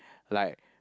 like